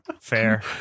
Fair